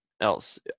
else